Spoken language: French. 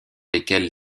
lesquels